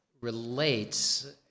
relates